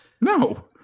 no